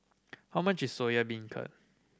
how much is Soya Beancurd